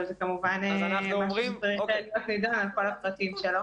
אבל זה כמובן משהו שצריך להיות נידון על כל הפרטים שלו.